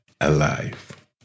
alive